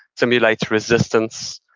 simulate resistance,